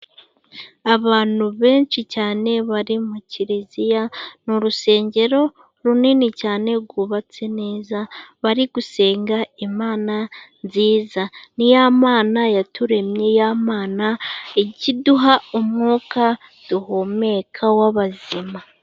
Abantu benshi cyane bari mu kiriziya, ni urusengero runini cyane rwubatse neza, bari gusenga Imana nziza. Ni ya Mana yaturemye, ya Mana ikiduha umwuka duhumeka w'abazima.